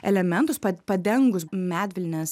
elementus pad padengus medvilnės